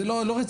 זה לא רציני,